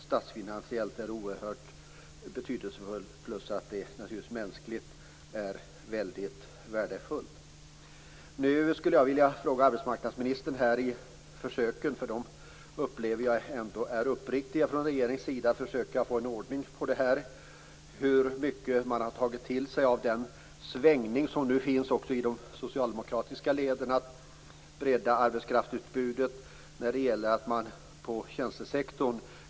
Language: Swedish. Statsfinansiellt är det oerhört betydelsefullt, samtidigt som det naturligtvis är väldigt värdefullt mänskligt sett. Jag skulle vilja ställa en fråga till arbetsmarknadsministern. Jag upplever att regeringens försök att få ordning på det här är uppriktiga. Men hur mycket har man tagit till sig av den svängning som nu skett, också i de socialdemokratiska leden, när det gäller att bredda arbetskraftsutbudet med innovationer i tjänstesektorn?